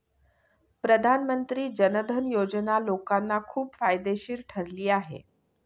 प्रधानमंत्री जन धन योजना लोकांना खूप फायदेशीर ठरली आहे